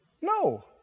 No